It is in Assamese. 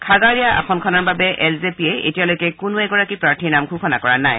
খাগাৰিয়া আসনখনৰ বাবে এল জে পিয়ে এতিয়ালৈকে কোনো প্ৰাৰ্থীৰ নাম ঘোষণা কৰা নাই